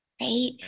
right